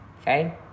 Okay